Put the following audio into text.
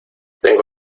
tengo